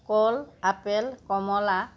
কল apple কমলা